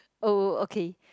oh okay